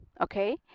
Okay